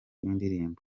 w’indirimbo